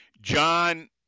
John